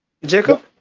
Jacob